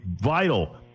vital